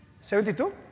Seventy-two